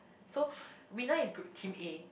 so winner is group team A